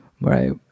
right